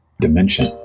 dimension